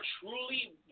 truly